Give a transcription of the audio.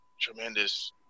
tremendous